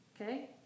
Okay